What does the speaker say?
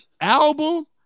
album